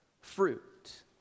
fruit